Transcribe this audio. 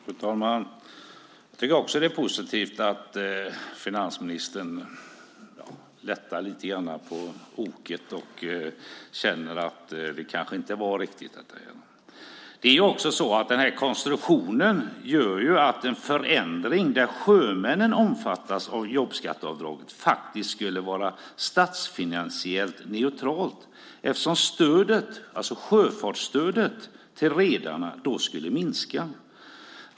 Fru talman! Jag tycker också att det är positivt att finansministern lättar lite grann på oket och känner att det här kanske inte var riktigt rätt. Den här konstruktionen gör ju att en förändring där sjömännen omfattas av jobbskatteavdraget skulle vara statsfinansiellt neutral, eftersom sjöfartsstödet till redarna då skulle minska.